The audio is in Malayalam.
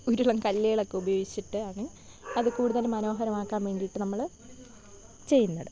ഉരുളൻ കല്ലുകളൊക്കെ ഉപയോഗിച്ചിട്ട് ആണ് അത് കൂടുതൽ മനോഹരമാക്കാന് വേണ്ടിയിട്ട് നമ്മള് ചെയ്യുന്നത്